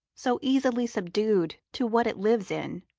so easily subdued to what it lives in,